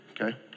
okay